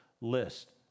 list